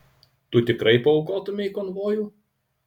tu tikrai paaukotumei konvojų